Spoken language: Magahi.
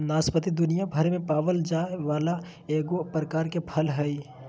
नाशपाती दुनियाभर में पावल जाये वाला एगो प्रकार के फल हइ